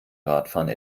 radfahren